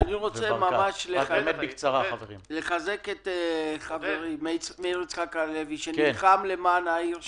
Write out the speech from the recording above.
אני רוצה לחזק את חברי מאיר יצחק הלוי שנלחם למען העיר שלו.